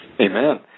Amen